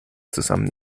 zusammen